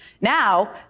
Now